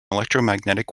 electromagnetic